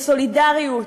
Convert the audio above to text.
של סולידריות,